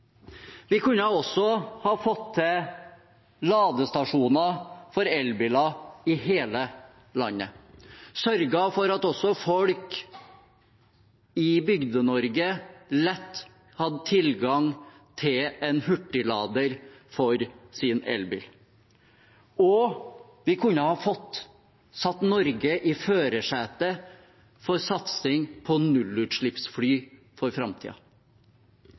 Vi kunne også ha fått til ladestasjoner for elbiler i hele landet og sørget for at også folk i Bygde-Norge lett hadde tilgang til en hurtiglader for sin elbil. Og vi kunne ha fått satt Norge i førersetet for satsing på nullutslippsfly for